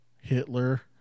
Hitler